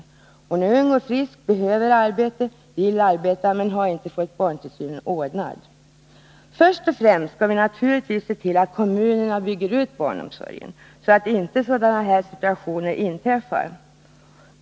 Nr 158 Hon är ung och frisk — behöver arbete, vill arbeta men har inte fått 4 juni 1981 Först och främst skall vi naturligtvis se till att kommunerna bygger ut barnomsorgen, så att inte sådana här situationer uppstår.